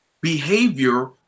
behavior